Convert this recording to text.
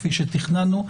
כפי שתכננו.